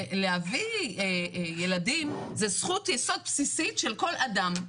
להביא ילדים זה זכות יסוד בסיסית של כל אדם.